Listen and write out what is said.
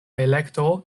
elekto